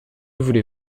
voulez